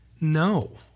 No